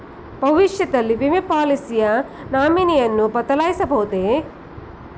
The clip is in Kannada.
ಭವಿಷ್ಯದಲ್ಲಿ ವಿಮೆ ಪಾಲಿಸಿಯ ನಾಮಿನಿಯನ್ನು ಬದಲಾಯಿಸಬಹುದೇ?